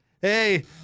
Hey